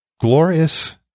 glorious